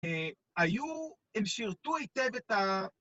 היו, הם שירתו היטב את ה...